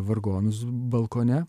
vargonus balkone